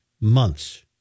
months